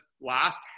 last